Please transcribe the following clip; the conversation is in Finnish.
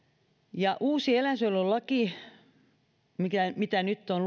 ja uusi eläinsuojelulaki minkä luonnosta nyt on